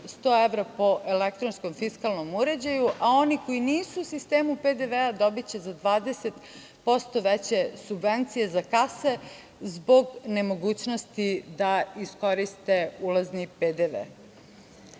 100 evra po elektronskom fiskalnom uređaju, a oni koji nisu u sistemu PDV dobiće za 20% veće subvencije za kase zbog nemogućnosti da iskoriste ulazni PDV.Kada